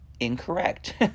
incorrect